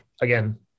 again